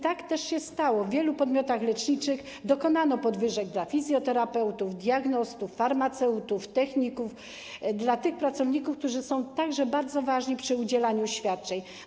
Tak też się stało, w wielu podmiotach leczniczych wprowadzono podwyżki dla fizjoterapeutów, diagnostów, farmaceutów, techników - dla tych pracowników, którzy także są bardzo ważni, jeśli chodzi o udzielanie świadczeń.